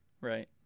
Right